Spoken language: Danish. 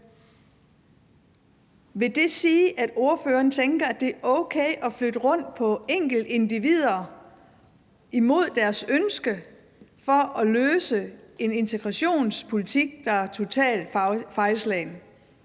Vil det sige, at ordføreren tænker, at det er okay at flytte rundt på enkeltindivider imod deres ønske for at løse en integrationspolitik, der er totalt fejlslagen?